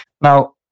Now